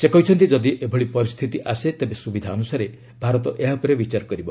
ସେ କହିଛନ୍ତି ଯଦି ଏଭଳି ପରିସ୍ଥିତି ଆସେ ତେବେ ସ୍ରବିଧା ଅନ୍ତସାରେ ଭାରତ ଏହା ଉପରେ ବିଚାର କରିବ